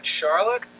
Charlotte